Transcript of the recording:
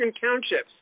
Townships